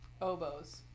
oboes